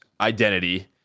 identity